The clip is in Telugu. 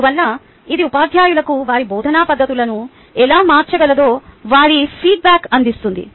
అందువల్ల ఇది ఉపాధ్యాయులకు వారి బోధనా పద్ధతులను ఎలా మార్చగలదో వారి ఫీడ్బ్యాక్ అందిస్తుంది